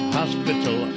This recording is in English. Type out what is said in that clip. hospital